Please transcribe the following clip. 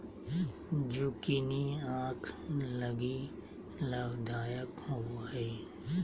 zucchini आंख लगी लाभदायक होबो हइ